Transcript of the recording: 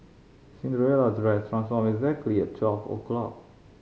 Cinderella's dress transformed exactly at twelve o'clock